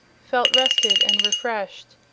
felt rested and refreshed,